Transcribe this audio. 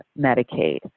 Medicaid